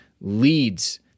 leads